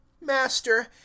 master